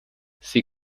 sie